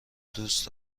دوست